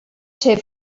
ser